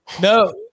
No